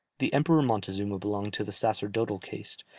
the emperor montezuma belonged to the sacerdotal caste,